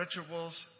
rituals